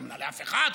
את לא מאמינה לאף אחד,